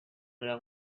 oder